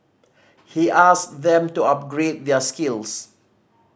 he asked them to upgrade their skills